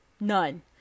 None